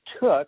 took